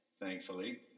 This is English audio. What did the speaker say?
Thankfully